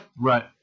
Right